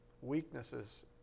weaknesses